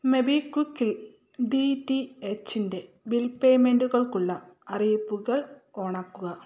മൊബിക്വിക്കിൽ ഡി ടി എച്ചിൻ്റെ ബിൽ പേയ്മെൻ്റ്കൾക്കുള്ള അറിയിപ്പുകൾ ഓണാക്കുക